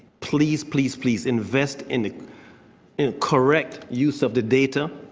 please, please, please invest in in correct use of the data,